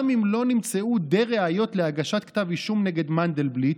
גם אם לא נמצאו די ראיות להגשת כתב אישום נגד מנדלבליט,